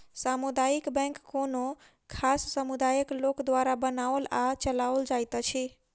सामुदायिक बैंक कोनो खास समुदायक लोक द्वारा बनाओल आ चलाओल जाइत अछि